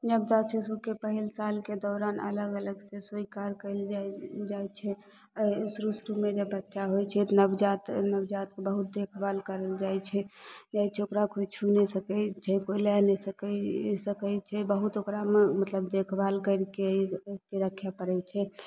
धिया पूताके सुखके पहिल सालके दौरान अलग अलगसे स्वीकार कएल जाइ जाइ छै शुरू शुरूमे बच्चा होइ छै नबजात ओहि नबजातके बहुत देखभाल कयल जाइ छै जाइ छै ओकरा कोइ छू नहि सकै कोइ लए नहि सकै ई सकै छै बहुत ओकरामे मतलब देखभाल कैरिके ई जे रखे पड़ै छै